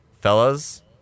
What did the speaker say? Fellas